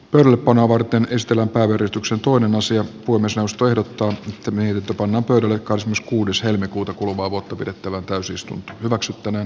pelkona vuorten keskellä päivää ristuksen tuon asiat kunnossa ostoehdot ovat yhtä mieltä panna pöydälle cosmos kuudes helmikuuta kuluvaa kuuta pidettävään täysistunto hyväksyttäneen